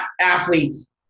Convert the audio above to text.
athletes